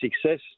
success